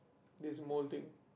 there's mole thing